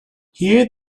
here